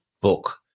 book